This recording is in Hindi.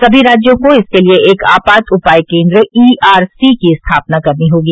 सभी राज्यों को इसके लिए एक आपात उपाय केन्द्र ईआरसी की स्थापना करनी होगी